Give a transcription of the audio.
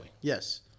Yes